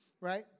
right